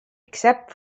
except